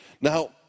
Now